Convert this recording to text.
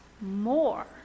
more